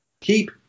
keep